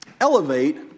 elevate